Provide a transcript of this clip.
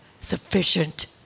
sufficient